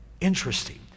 interesting